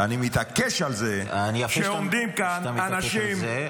אני מתעקש על זה שעומדים כאן אנשים --- יפה שאתה מתעקש על זה,